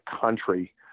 country